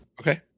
okay